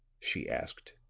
she asked.